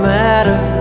matter